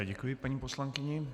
Děkuji paní poslankyni.